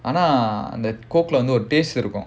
ah nah like Coke lah வந்து ஒரு:vandhu oru taste இருக்கும்:irukkum